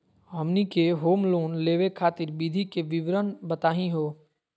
हमनी के home loan लेवे खातीर विधि के विवरण बताही हो?